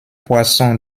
poisson